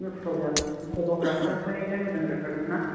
photograph पट'ग्राफारफोरनिलाय मोजां जाखागोन ना